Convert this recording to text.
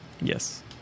Yes